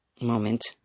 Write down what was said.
moment